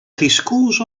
discourse